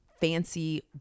fancy